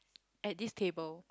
at this table